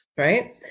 Right